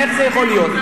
איך זה יכול להיות?